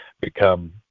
become